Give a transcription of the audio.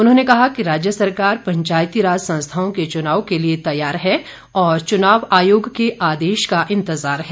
उन्होंने कहा कि राज्य सरकार पंचायतीराज संस्थाओं के चुनाव के लिए तैयार है और चुनाव आयोग के आदेश का इंतजार है